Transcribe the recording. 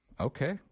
Okay